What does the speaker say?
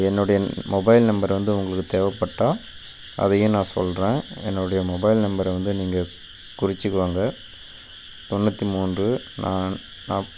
என்னுடைய mobile number வந்து உங்களுக்கு தேவைப்பட்டா அதையும் நான் சொல்கிறேன் என்னுடைய மொபைல் நம்பரை வந்து நீங்கள் குறித்துக்கோங்க தொண்ணூற்றி மூன்று நா நாப்